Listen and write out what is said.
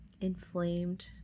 inflamed